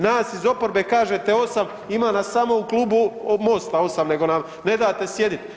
Nas iz oporbe kažete 8, ima nas samo u Klubu MOST-a 8 nego nam ne date sjedit.